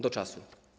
Do czasu.